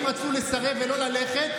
לטייסים.